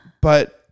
But-